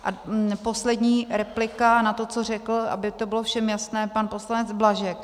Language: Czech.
A poslední replika na to, co řekl, aby to bylo všem jasné, pan poslanec Blažek.